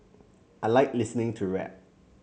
I like listening to rap